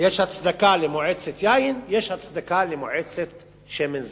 הצדקה למועצת יין, יש הצדקה למועצת שמן זית.